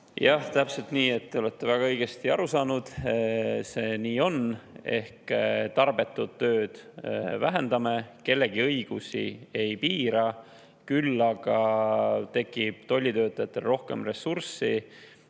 täpselt nii. Te olete väga õigesti aru saanud. See nii on, et me tarbetut tööd vähendame. Kellegi õigusi me ei piira, küll aga tekib tollitöötajatel rohkem ressurssi